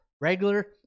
Regular